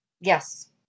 Yes